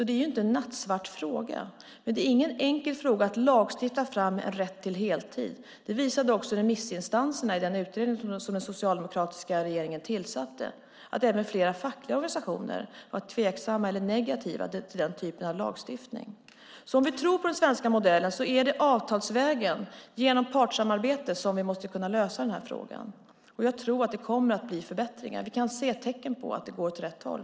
Det är alltså ingen nattsvart fråga, men det är ingen enkel sak att lagstifta fram en rätt till heltid. Det visade också remissinstanserna i den utredning som den socialdemokratiska regeringen tillsatte. Även flera fackliga organisationer var negativa eller tveksamma till den typen av lagstiftning. Om vi tror på den svenska modellen är det avtalsvägen genom partssamarbete som vi måste lösa den här frågan. Jag tror att det kommer att bli förbättringar. Vi kan se tecken på att det går åt rätt håll.